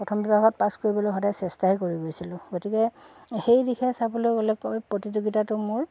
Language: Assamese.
প্ৰথম বিভাগত পাছ কৰিবলৈ সদায় চেষ্টাই কৰি গৈছিলোঁ গতিকে সেই দিশে চাবলৈ গ'লে কয় প্ৰতিযোগিতাটো মোৰ